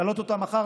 להעלות אותה מחר,